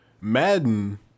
Madden